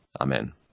Amen